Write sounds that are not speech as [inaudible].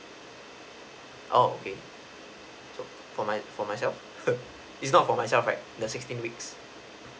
oh okay so for my for myself [laughs] it's not for myself right the sixteen weeks